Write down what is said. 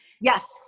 Yes